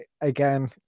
again